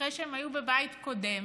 אחרי שהם היו בבית קודם